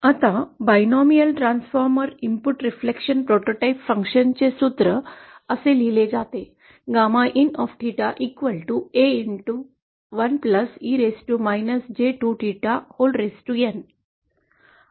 आता द्विपदी transformer input reflection prototype function चे सूत्र असे लिहिले आहे